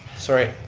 sorry.